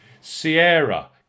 Sierra